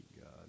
God